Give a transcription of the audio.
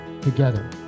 together